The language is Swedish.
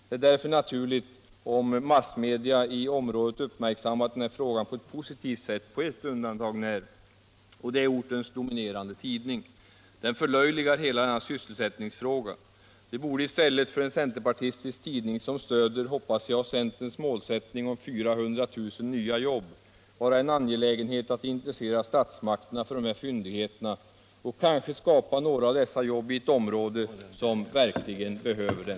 Det är därför naturligt att massmedia i området uppmärksammat den här frågan på ett positivt sätt — dock på ett undantag när, och det gäller ortens dominerande tidning. Den förlöjligar hela denna sysselsättningsfråga. Det borde i stället för en centerpartistisk tidning som stöder — hoppas jag — centerns målsättning om 400 000 nya jobb vara angeläget att intressera statsmakterna för de här fyndigheterna och kanske skapa några av dessa jobb i ett område som verkligen behöver dem.